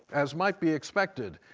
as might be expected,